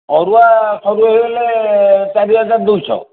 ଅରୁଆ ସରୁ ହେଇଗଲେ ଚାରି ହଜାର ଦୁଇ ଶହ